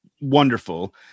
wonderful